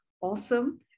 awesome